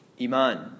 Iman